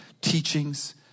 teachings